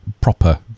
proper